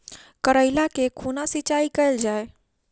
करैला केँ कोना सिचाई कैल जाइ?